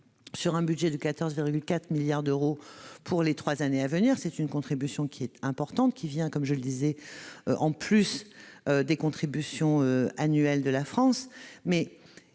sur un budget de 14,4 milliards d'euros pour les trois années à venir ; c'est une contribution importante, qui s'ajoute, je l'indiquais, aux contributions annuelles de la France.